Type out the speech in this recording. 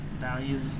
values